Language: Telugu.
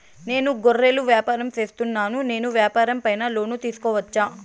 నేను గొర్రెలు వ్యాపారం సేస్తున్నాను, నేను వ్యాపారం పైన లోను తీసుకోవచ్చా?